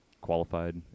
qualified